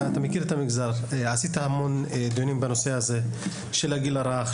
מכיר את המגזר וניהל המון דיונים בנושא של הגיל הרך,